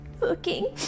looking